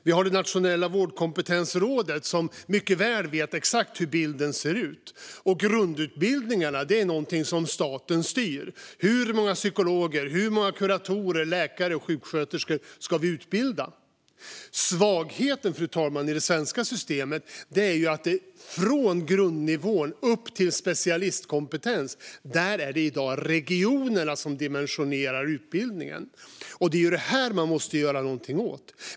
Vi har Nationella vårdkompetensrådet, som vet exakt hur bilden ser ut. Grundutbildningarna är något som staten styr - hur många psykologer, kuratorer, läkare och sjuksköterskor vi ska utbilda. Svagheten i det svenska systemet, fru talman, är att det från grundnivån upp till specialistkompetens är regionerna som dimensionerar utbildningen. Detta måste man göra något åt.